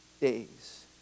days